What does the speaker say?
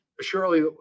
Surely